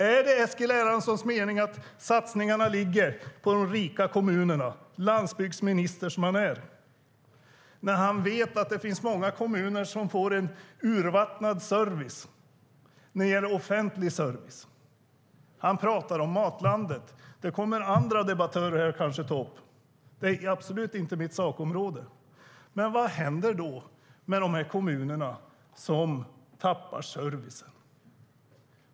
Är det Eskil Erlandssons mening att satsningarna ligger på de rika kommunerna, landsbygdsminister som han är, när han vet att många kommuner får en urvattnad service när det gäller offentlig service? Han pratar om Matlandet - det kommer andra debattörer kanske att ta upp; det är absolut inte mitt sakområde. Men vad händer då med de kommuner som tappar servicen?